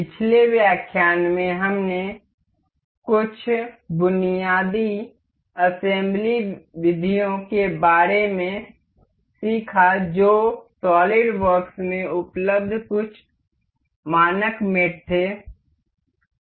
पिछले व्याख्यान में हमने कुछ बुनियादी असेम्ब्ली विधियों के बारे में सीखा जो सॉलिडवर्क्स में उपलब्ध कुछ मानक मेट थे